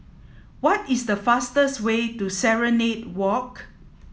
what is the fastest way to Serenade Walk